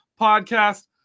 Podcast